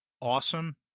awesome